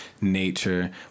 nature